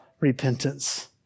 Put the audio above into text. repentance